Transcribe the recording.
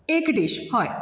एक डीश हय